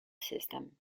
system